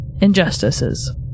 injustices